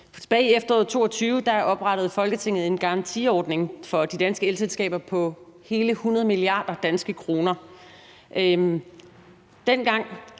Tilbage i efteråret 2022 oprettede Folketinget en garantiordning for de danske elselskaber for hele 100 mia. kr. Dengang kunne